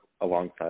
alongside